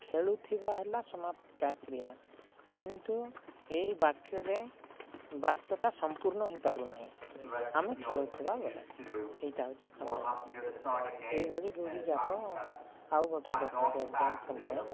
ଖେଳୁଥିବା ହେଲା ସମାପିକା କ୍ରିୟା କିନ୍ତୁ ଏଇ ବାକ୍ୟରେ ବାକ୍ୟଟା ସମ୍ପୂର୍ଣ୍ଣ ହେଇପାରୁନାହିଁ ଆମେ ଖେଳୁଥିବା ବେଳେ ଏଇଟା ହେଉଛି ଖଣ୍ଡବାକ୍ୟ ଏହିଭଳି ରୂଢ଼ି ଯାକ ଆଉ ଗୋଟେ ଦେଖନ୍ତୁ ଏଗଜାମ୍ପଲ୍ରେ